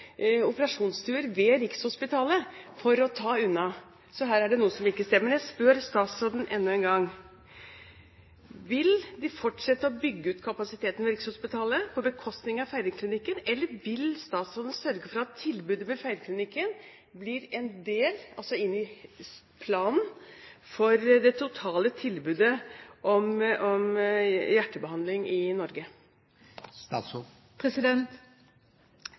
operasjonsstuer ved Rikshospitalet for å ta unna. Så her er det noe som ikke stemmer. Jeg spør statsråden enda en gang: Vil de fortsette å bygge ut kapasiteten ved Rikshospitalet, på bekostning av Feiringklinikken, eller vil statsråden sørge for at tilbudet ved Feiringklinikken blir en del av planen for det totale tilbudet om hjertebehandling i Norge?